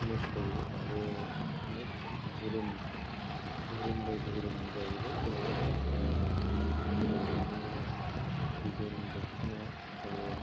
मोसायो आरो अनेख धोरोम धोरोम बाय धोरोम जाहैबाय जेन'बा बर'निआ बिदन दख'ना आरो